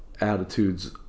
attitudes